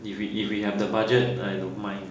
if we if we have the budget I don't mind